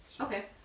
Okay